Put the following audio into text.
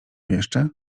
jeszcze